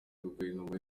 guverinoma